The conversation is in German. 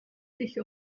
sich